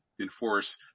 enforce